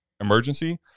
emergency